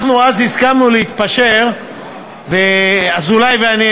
אז הסכמנו להתפשר אזולאי ואני,